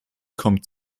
kommt